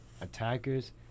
attackers